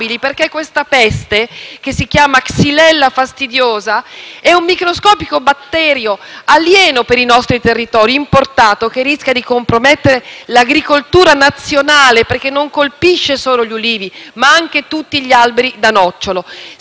Questa peste, che si chiama xylella fastidiosa, è un microscopico batterio alieno per i nostri territori, importato, che rischia di compromettere l'agricoltura nazionale, perché non colpisce solo gli ulivi, ma anche tutti gli alberi da nocciolo.